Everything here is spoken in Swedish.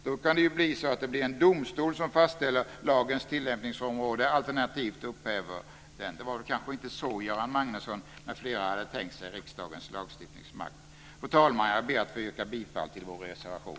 Då kan det ju bli så att det blir en domstol som fastställer lagens tillämpningsområde alternativt upphäver den. Det var kanske inte så Göran Magnusson m.fl. hade tänkt sig riksdagens lagstiftningsmakt. Fru talman! Jag ber att få yrka bifall till vår reservation.